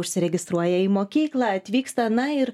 užsiregistruoja į mokyklą atvyksta na ir